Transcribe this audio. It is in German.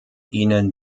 ihnen